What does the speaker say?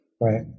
Right